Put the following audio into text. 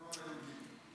לטובת היהודים,